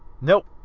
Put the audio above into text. nope